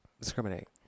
discriminate